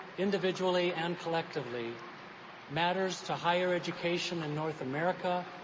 individually and collectively matters to higher education in north america,